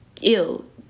Ew